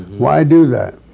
why do that?